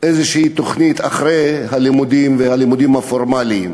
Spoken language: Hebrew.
איזו תוכנית אחרי הלימודים, הלימודים הפורמליים.